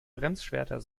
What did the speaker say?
bremsschwerter